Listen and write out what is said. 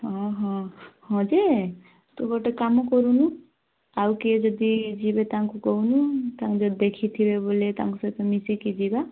ହଁ ହଁ ହଁ ଯେ ତୁ ଗୋଟେ କାମ କରୁନୁ ଆଉ କିଏ ଯଦି ଯିବେ ତାଙ୍କୁ କହୁନୁ ସେ ଦେଖିଥିଲେ ତାଙ୍କ ସହିତ ମିଶିକି ଯିବା